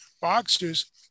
boxers